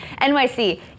NYC